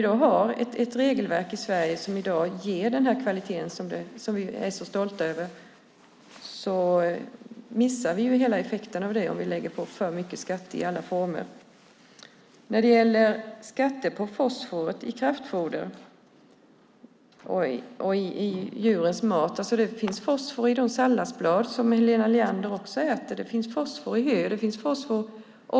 Det regelverk som vi har i dag, som ger den här kvaliteten som vi är så stolta över, missar hela effekten om vi lägger på för mycket skatter i andra former. När det gäller skatter på fosfor i kraftfoder och i djurens mat finns det också fosfor i de salladsblad som Helena Leander äter och det finns fosfor i hö. Fosfor och kväve ingår ju i djurens mat.